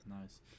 Nice